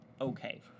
okay